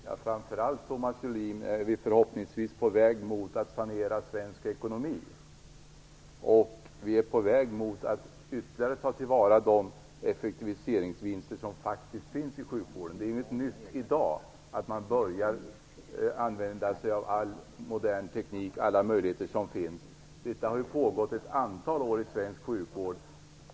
Herr talman! Vi är förhoppningsvis på väg mot att sanera svensk ekonomi, Thomas Julin. Vi är på väg mot att ytterligare ta till vara de effektiviseringsvinster som faktiskt finns i sjukvården. Det är inget nytt i dag att man börjar använda all modern teknik och alla möjligheter som finns. Detta har ju pågått ett antal år i svensk sjukvård.